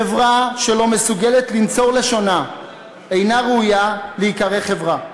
חברה שלא מסוגלת לנצור לשונה אינה ראויה להיקרא חברה.